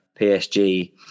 PSG